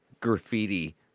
graffiti